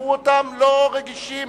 שישמעו אותם לא רגישים